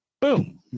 Boom